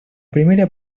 primera